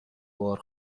بار